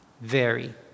vary